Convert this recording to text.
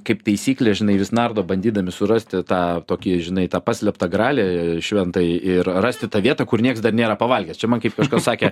kaip taisyklė žinai vis nardo bandydami surasti tą tokį žinai tą paslėptą gralį šventąjį ir rasti tą vietą kur nieks dar nėra pavalgęs čia man kaip kažkas sakė